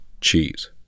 cheese